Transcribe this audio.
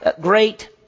great